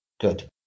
Good